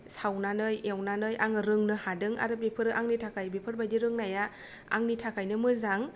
सावनानै एवनानै आङो रोंनो हादों आरो बेफोरो आंनि थाखाय बेफोरबायदि रोंनाया आंनि थाखायनो मोजां